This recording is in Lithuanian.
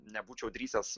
nebūčiau drįsęs